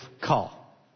call